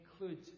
include